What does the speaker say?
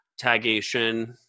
tagation